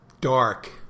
dark